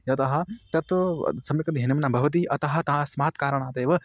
यतः तत्तु सम्यकध्ययनं न भवति अतः तस्मात् कारणातेव